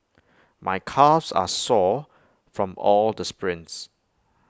my calves are sore from all the sprints